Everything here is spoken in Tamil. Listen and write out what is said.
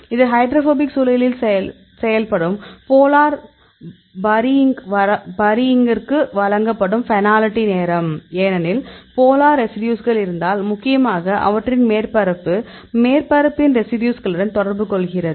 இது ஹைட்ரோபோபிக் சூழலில் செயல்படும் போலார் பரியிங்கிற்கு வழங்கப்படும் பெனால்டி நேரம் ஏனெனில் போலார் ரெசிடியூஸ்கள் இருந்தால் முக்கியமாக அவற்றின் மேற்பரப்பு மேற்பரப்பின் ரெசிடியூஸ்களுடன் தொடர்பு கொள்கிறது